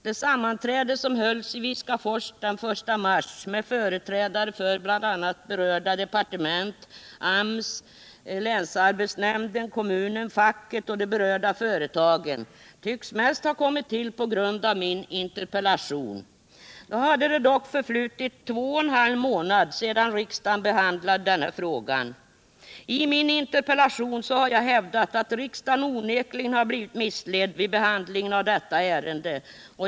Det sammanträde som hölls i Viskafors den I mars med företrädare för bl.a. berörda departement, AMS, länsarbetsnämnden, kommunen, facket och de berörda företagen tycks mest ha tillkommit på grund av min interpellation. Då hade dock två och en halv månad förflutit sedan riksdagen behandlade denna fråga. I min interpellation har jag hävdat att riksdagen onekligen blivit missledd vid behandlingen av detta ärende.